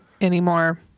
anymore